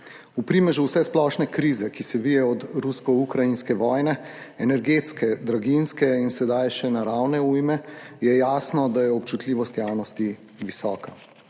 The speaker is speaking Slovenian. V primežu vsesplošne krize, ki se vije od rusko-ukrajinske vojne, energetske, draginjske in sedaj še naravne ujme, je jasno, da je občutljivost javnosti visoka.